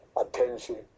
attention